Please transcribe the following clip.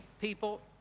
people